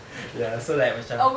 ya so like macam